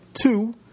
two